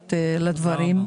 והרגישות לדברים.